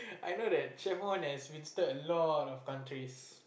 I know that chef one has been to a lot of countries